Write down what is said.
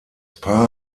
paar